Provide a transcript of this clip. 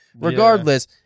regardless